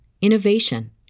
innovation